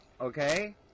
Okay